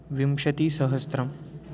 विंशतिसहस्रम्